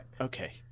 Okay